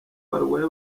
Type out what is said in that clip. barwaye